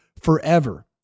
forever